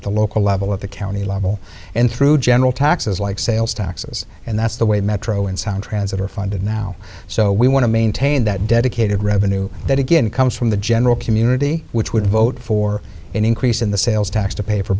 at the local level at the county level and through general taxes like sales taxes and that's the way metro and sound transit are funded now so we want to maintain that dedicated revenue that again comes from the general community which would vote for an increase in the sales tax to pay for